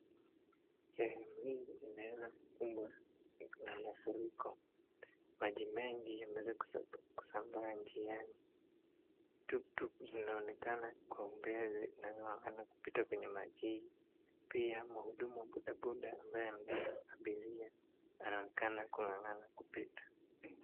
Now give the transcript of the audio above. Sehemu hii imeweza kufumbwa na mafuriko, maji mengi yameweza kusambaa njiani. Tuktuk zinaonekana kwaumbele zikigangana kupita kwenye maji hii, pia muhudumu wa bodaboda anaye beba abiria anaonekana kugangana kupita.